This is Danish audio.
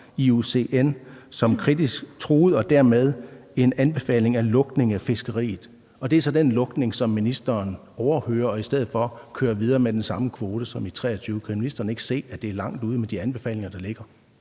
som kritisk truet og dermed en anbefaling af lukning af fiskeriet. Det er så den lukning, som ministeren overhører for i stedet at køre videre med den samme kvote som i 2023. Kan ministeren ikke se, at det er langt ude på baggrund af de anbefalinger, der ligger?